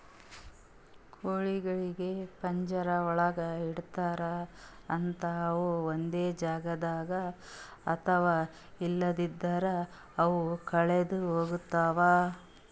ಕೋಳಿಗೊಳಿಗ್ ಪಂಜರ ಒಳಗ್ ಇಡ್ತಾರ್ ಅಂತ ಅವು ಒಂದೆ ಜಾಗದಾಗ ಇರ್ತಾವ ಇಲ್ಲಂದ್ರ ಅವು ಕಳದೆ ಹೋಗ್ತಾವ